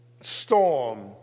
storm